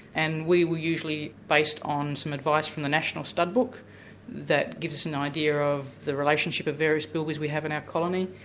and we will usually, based on some advice from the national stud book that gives us an idea of the relationship of various bilbies we have in our colony,